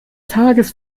tages